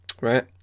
right